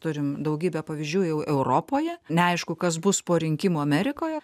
turim daugybę pavyzdžių jau europoje neaišku kas bus po rinkimų amerikoje